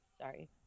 Sorry